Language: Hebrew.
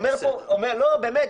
באמת,